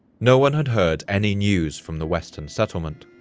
no one had heard any news from the western settlement.